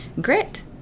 grit